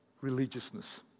religiousness